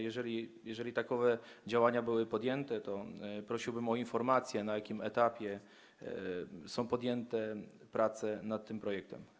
Jeżeli takowe działania były podjęte, to prosiłbym o informację, na jakim etapie są prace nad tym projektem.